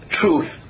truth